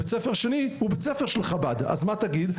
בית ספר שני הוא בית ספר של חב"ד, אז מה תגיד?